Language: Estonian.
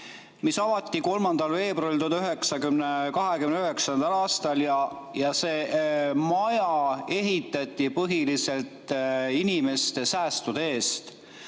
mis avati 3. veebruaril 1929. aastal, ja see maja ehitati põhiliselt inimeste säästude eest.